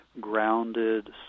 grounded